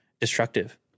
destructive